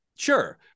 sure